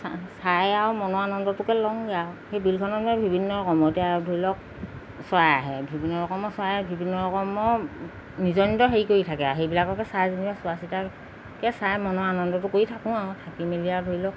চা চাই আৰু মনৰ আনন্দটোকে লওঁগৈ আৰু সেই বিলখনত বাৰু বিভিন্ন সময়তে ধৰি লওক চৰাই আহে বিভিন্ন ৰকমৰ চৰাই বিভিন্ন ৰকমৰ নিজৰ নিজৰ হেৰি কৰি থাকে আৰু সেইবিলাককে চাই তেনেকৈ চোৱা চিতা কে চাই মনৰ আনন্দটো কৰি থাকোঁ আৰু থাকি মেলি আৰু ধৰি লওক